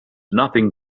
nothing